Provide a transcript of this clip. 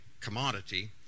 commodity